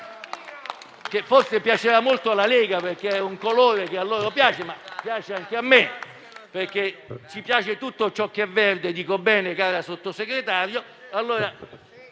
che forse piacerà molto alla Lega perché è un colore a loro gradito, ma piace anche a me perché amiamo tutto ciò che è verde. Dico bene, cara Sottosegretario.